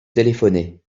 téléphoné